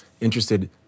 interested